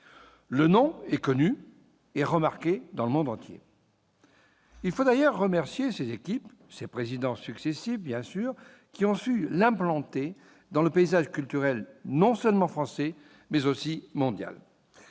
Il est connu et remarqué dans le monde entier. Il faut d'ailleurs en remercier ses équipes et présidents successifs, qui ont su l'implanter dans le paysage culturel non seulement français, mais aussi mondial.